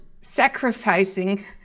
sacrificing